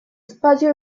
espacio